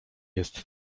jest